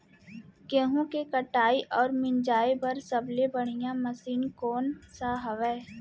गेहूँ के कटाई अऊ मिंजाई बर सबले बढ़िया मशीन कोन सा हवये?